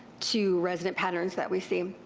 two resident patterns that we see.